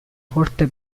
forte